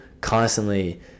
constantly